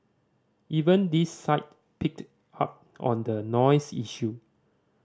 even this site picked up on the noise issue